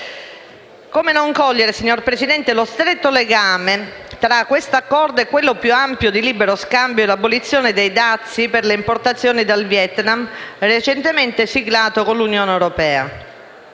Come non cogliere, signor Presidente, lo stretto legame tra questo Accordo e quello più ampio sul libero scambio e l'abolizione dei dazi per le importazioni dal Vietnam, recentemente siglato con l'Unione europea.